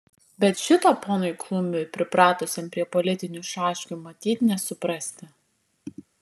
bet šito ponui klumbiui pripratusiam prie politinių šaškių matyt nesuprasti